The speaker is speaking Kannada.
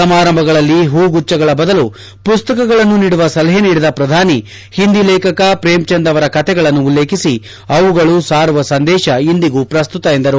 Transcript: ಸಮಾರಂಭಗಳಲ್ಲಿ ಹೂಗುಚ್ಚಗಳ ಬದಲು ಪುಸ್ತಕಗಳನ್ನು ನೀಡುವ ಸಲಹೆ ನೀಡಿದ ಪ್ರಧಾನಿ ಹಿಂದಿ ಲೇಖಕ ಪ್ರೇಮ್ಚಂದ್ ಅವರ ಕಥೆಗಳನ್ನು ಉಲ್ಲೇಖಿಸಿ ಅವುಗಳು ಸಾರುವ ಸಂದೇಶ ಇಂದಿಗೂ ಪ್ರಸ್ತುತ ಎಂದರು